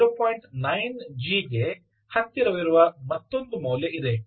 9G ಗೆ ಹತ್ತಿರವಿರುವ ಮತ್ತೊಂದು ಮೌಲ್ಯ ಇದೆ